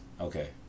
Okay